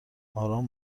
آرام